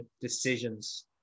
decisions